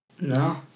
No